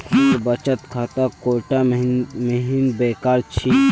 मोर बचत खाता कोटक महिंद्रा बैंकेर छिके